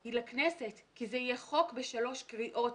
היא לכנסת כי זה יהיה חוק בשלוש קריאות,